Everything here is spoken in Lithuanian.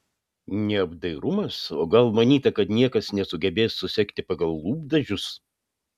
neapdairumas o gal manyta kad niekas nesugebės susekti pagal lūpdažius